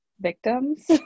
victims